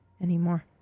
anymore